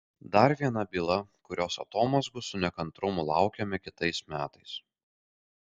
dar viena byla kurios atomazgų su nekantrumu laukiame kitais metais